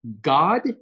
God